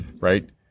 right